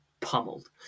pummeled